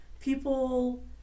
people